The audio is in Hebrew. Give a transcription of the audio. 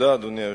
אדוני היושב-ראש,